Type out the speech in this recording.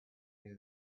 near